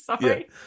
Sorry